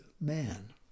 man